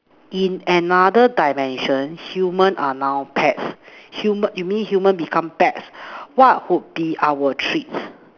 in another dimension humans are now pets humans you mean humans become pets what could be our treats